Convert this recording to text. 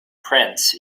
prince